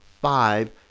five